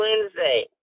Wednesday